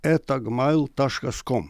eta gmail taškas kom